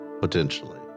potentially